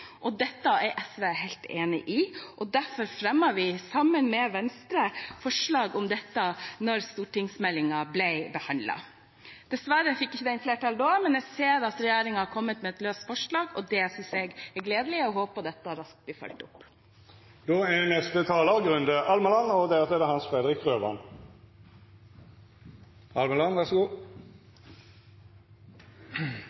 og det er SV helt enig i. Derfor fremmet vi, sammen med Venstre, forslag om dette da stortingsmeldingen ble behandlet. Dessverre fikk ikke det flertall da, men jeg ser at regjeringspartiene har kommet med et løst forslag. Det synes jeg er gledelig og håper dette raskt blir fulgt opp. Dette lovforslaget løser flere utfordringer, bl.a. er det fornuftig med en overføring av forvaltningsoppgaver fra departementet til NOKUT. Det